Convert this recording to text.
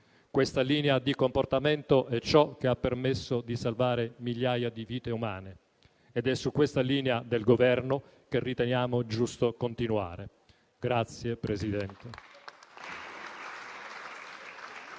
Questa linea di comportamento è ciò che ha permesso di salvare migliaia di vite umane ed è su questa linea del Governo che riteniamo giusto continuare.